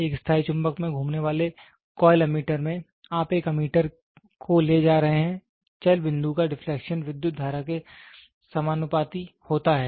एक स्थायी चुंबक में घूमने वाले कॉइल एमीटर में आप एक एमीटर को ले जा रहे हैं चल बिंदु का डिफलेक्शन विद्युत धारा के समानुपाती होता है